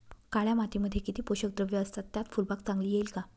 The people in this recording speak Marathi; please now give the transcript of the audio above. काळ्या मातीमध्ये किती पोषक द्रव्ये असतात, त्यात फुलबाग चांगली येईल का?